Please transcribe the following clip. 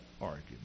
argument